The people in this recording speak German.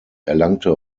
erlangte